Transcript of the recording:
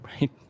Right